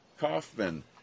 Kaufman